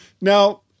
Now